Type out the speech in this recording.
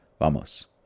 Vamos